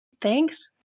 Thanks